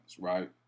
right